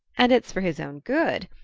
and it's for his own good.